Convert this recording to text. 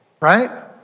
right